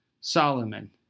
Solomon